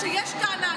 כשיש טענה,